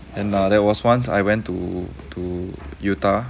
and err there was once I went to to utah